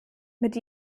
mit